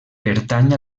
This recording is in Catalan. pertany